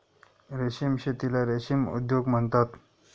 रेशीम शेतीला रेशीम उद्योग म्हणतात